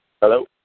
Hello